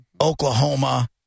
Oklahoma